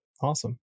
Awesome